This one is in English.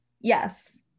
Yes